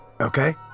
Okay